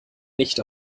nicht